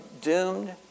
doomed